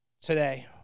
Today